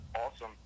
awesome